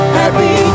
happy